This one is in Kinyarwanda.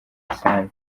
rusange